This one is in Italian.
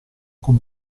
con